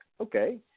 okay